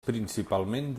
principalment